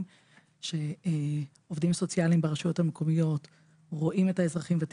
שהן גם עובדות סוציאליות ברשויות המקומיות,